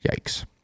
Yikes